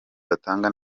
batanga